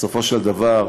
בסופו של דבר,